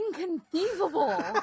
inconceivable